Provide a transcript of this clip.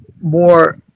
more